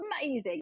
amazing